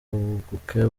buke